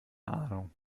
ahnung